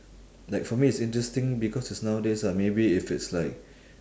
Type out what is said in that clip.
like for me it's interesting because it's nowadays ah maybe if it's like